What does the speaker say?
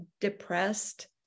depressed